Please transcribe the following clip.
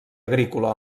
agrícola